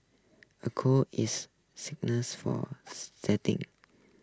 a court is for setting